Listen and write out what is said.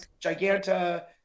Giganta